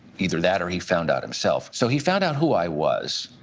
either that, or he found out himself. so he found out who i was.